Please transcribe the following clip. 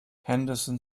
henderson